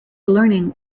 learning